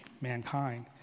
mankind